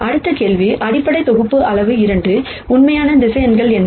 அடுத்த கேள்வி அடிப்படை தொகுப்பு அளவு 2 உண்மையான வெக்டர்ஸ் என்ன